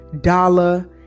dollar